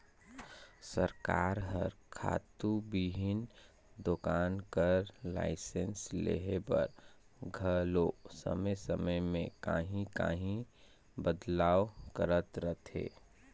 सरकार हर खातू बीहन दोकान कर लाइसेंस लेहे बर घलो समे समे में काहीं काहीं बदलाव करत रहथे